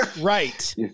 Right